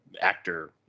actor